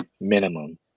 minimum